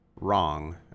wrong